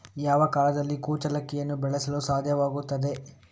ಯಾವ ಕಾಲದಲ್ಲಿ ಕುಚ್ಚಲಕ್ಕಿಯನ್ನು ಬೆಳೆಸಲು ಸಾಧ್ಯವಾಗ್ತದೆ?